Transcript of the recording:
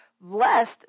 Blessed